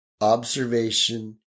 observation